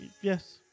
Yes